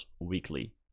Weekly